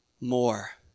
more